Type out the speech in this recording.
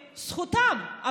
זכותם.